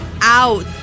out